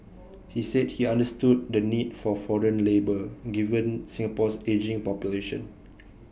he said he understood the need for foreign labour given Singapore's ageing population